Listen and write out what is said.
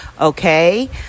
Okay